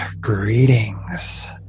Greetings